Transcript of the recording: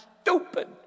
stupid